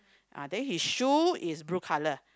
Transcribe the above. ah then his shoe is blue colour